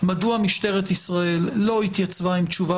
מדוע משטרת ישראל לא התייצבה עם תשובה